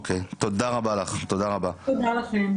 תודה רבה לכם.